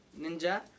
Ninja